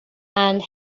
and